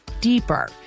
deeper